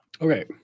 Okay